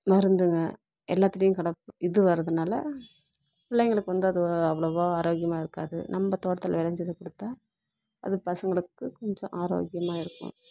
மருந்துங்கள் எல்லாத்தோடையும் கலப்பு இது வர்றதுனால பிள்ளைங்களுக்கு வந்து அது அவ்வளோவா ஆரோக்கியமாக இருக்காது நம் தோட்டத்தில் வெளைஞ்சதை கொடுத்தா அது பசங்களுக்கு கொஞ்சோம் ஆரோக்கியமாக இருக்கும்